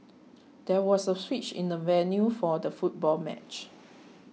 there was a switch in the venue for the football match